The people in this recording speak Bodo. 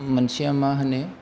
मोनसेया मा होनो